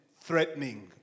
threatening